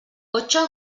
cotxe